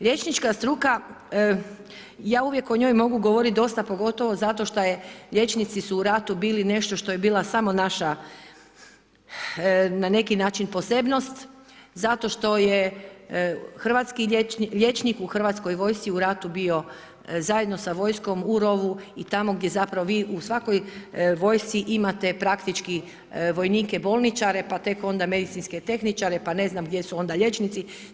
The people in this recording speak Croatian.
Liječnička struka, ja uvijek o njoj mogu govoriti dosta, pogotovo zato što liječnici su u ratu bili nešto što je bila samo naša, na neki način posebnost, zato što je hrvatski liječnik, liječnik u Hrvatskoj vojsci, u ratu bio zajedno sa vojskom u rovu i tamo gdje zapravo vi u svakoj vojsci imate praktički vojnike bolničare pa tek onda medicinske tehničare pa ne znam gdje su onda liječnici.